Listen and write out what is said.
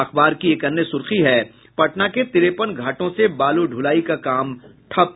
अखबार की एक अन्य सुर्खी है पटना के तिरेपन घाटों से बालू ढुलाई का काम ठप्प